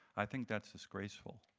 i think that's disgraceful.